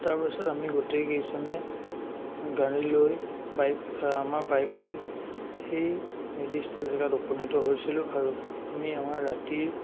তাৰপাছত আমি গোটেইকেইজনে গাড়ী লৈ বাইক আমাৰ বাইক লৈ সেই নিৰ্দিষ্ট জেগাত উপনীত হৈছিলোঁ আৰু আমি আমাৰ ৰাতিৰ